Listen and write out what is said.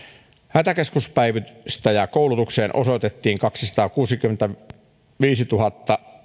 hätäkeskuspäivystäjäkoulutukseen osoitettiin kaksisataakuusikymmentäviisituhatta